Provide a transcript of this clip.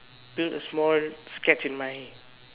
build a small sketch in my